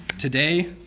Today